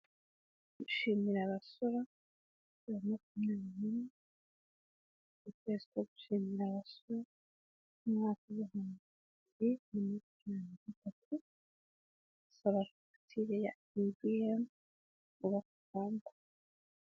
Gushimira abasorera, bibiri na makumyabiri na rimwe, ukwezi ko gushimira amaso umwaka w'ibihumbi bibiri na makiumyabiri na gatatu saba fagityire ya ibiyemu.